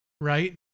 right